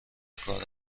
کار